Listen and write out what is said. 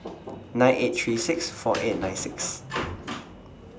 nine eight three six four eight nine six